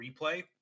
replay